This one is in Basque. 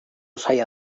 zaila